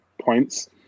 points